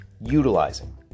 utilizing